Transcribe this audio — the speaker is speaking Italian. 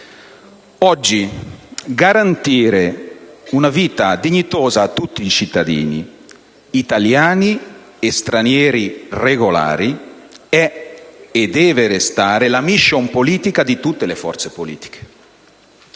Oggi garantire una vita dignitosa a tutti i cittadini italiani e stranieri regolari è e deve restare la *mission* politica di tutte le forze politiche.